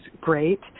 great